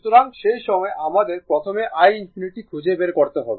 সুতরাং সেই সময় আমাদের প্রথমে i ∞ খুঁজে বের করতে হবে